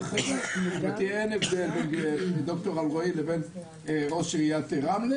גבירתי אין הבדל בין דוקטור אלרעי לבין ראש עיריית רמלה